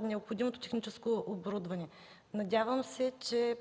необходимото техническо оборудване. Надявам се, че